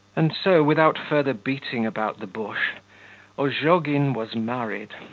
and so, without further beating about the bush ozhogin was married,